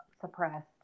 suppressed